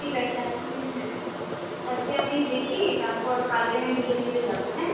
ঠিক আছে আজকে হ্যাঁ আজকে আমি দেখি তারপর কালকে নয় দুজনে মিলে যাবো হ্যাঁ